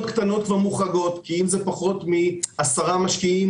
לא נאמרה בחקיקה ראשית.